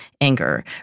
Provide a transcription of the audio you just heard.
anger